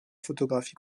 photographie